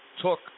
took